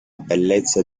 bellezza